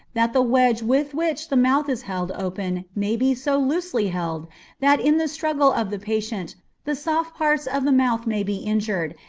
that the wedge with which the mouth is held open may be so loosely held that in the struggle of the patient the soft parts of the mouth may be injured,